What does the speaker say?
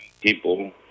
people